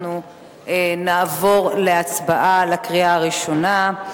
אנחנו נעבור להצבעה בקריאה ראשונה,